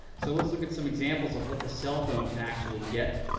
so let's look at some examples of what the cellphone can actually get.